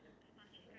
once